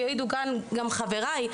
ויעידו כאן גם חבריי,